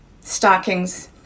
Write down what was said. stockings